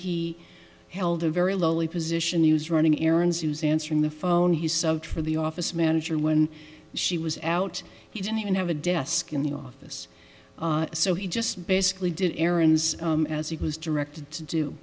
he held a very lowly position news running errands use answering the phone he subbed for the office manager when she was out he didn't even have a desk in the office so he just basically did errands as he was directed to